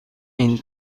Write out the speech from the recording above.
این